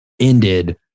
ended